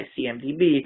CMDB